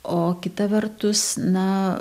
o kita vertus na